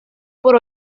por